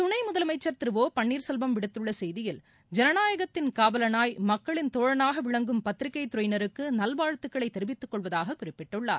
துணை முதலமைச்சர் திரு ஒ பன்னீர் செல்வம் விடுத்துள்ள செய்தியில் ஜனநாயகத்தின் காவலனாய் மக்களின் தோழனாக விளங்கும் பத்திரிகைத் துறையினருக்கு நல்வாழ்த்துக்களை தெரிவித்துக் கொள்வதாக குறிப்பிட்டுள்ளார்